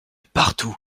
partout